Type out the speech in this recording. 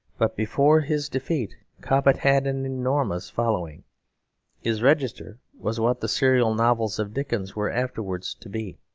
but before his defeat cobbett had an enormous following his register was what the serial novels of dickens were afterwards to be.